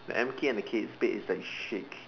the M_K and the Kate Spade is like shake